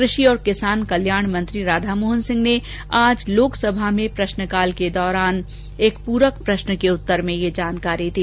कृषि और किसान कल्याण मंत्री राधा मोहन सिंह ने आज लोकसभा में प्रश्नकाल के दौरान एक प्रक प्रश्न के उत्तर में यह जानकारी दी